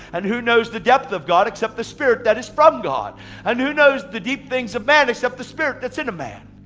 and who knows the depth of god except the spirit that is from god. and who knows the deep things of man except the spirit that's in a man.